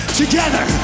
together